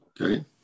Okay